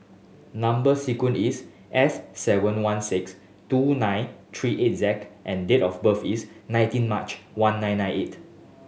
number sequence is S seven one six two nine three eight Z and date of birth is nineteen March one nine nine eight